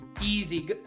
Easy